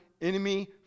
enemy